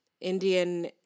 Indian